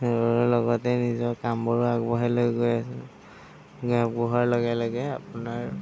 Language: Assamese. এইবোৰৰ লগতে নিজৰ কামবোৰো আগবঢ়াই লৈ গৈ আছোঁ আগবঢ়োৱাৰ লগে লগে আপোনাৰ